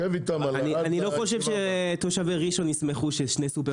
תשב איתם על --- אני לא חושב שתושבי ראשון ישמחו ששני שופרסלים